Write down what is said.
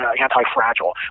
Anti-fragile